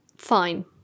fine